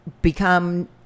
become